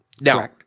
Now